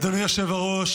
אדוני היושב-ראש,